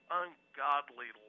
ungodly